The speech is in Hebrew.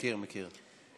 כן, מכיר.